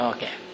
Okay